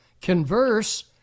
converse